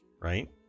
right